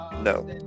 no